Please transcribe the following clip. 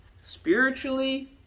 Spiritually